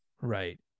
Right